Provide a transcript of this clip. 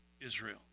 Israel